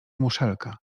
muszelka